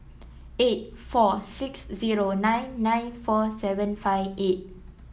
eight four six zero nine nine four seven five eight